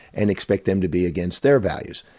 and expect them to be against their values,